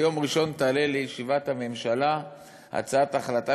ביום ראשון תעלה לישיבת הממשלה הצעת החלטה